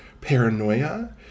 paranoia